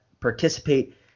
participate